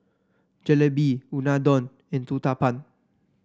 Jalebi Unadon and Uthapam